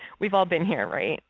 we've all been here right?